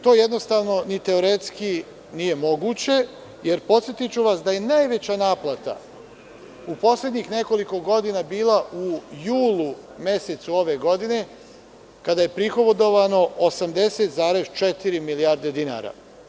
To, jednostavno, ni teoretski nije moguće, jer podsetiću vas da je najveća naplata u poslednjih nekoliko godina bila u julu mesecu ove godine, kada je prihodovano 80,4 milijarde dinara.